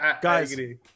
guys